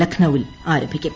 ലക്നൌവിൽ ആരംഭിക്കും